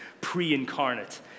pre-incarnate